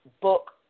book